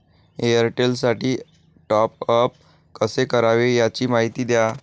एअरटेलसाठी टॉपअप कसे करावे? याची माहिती द्या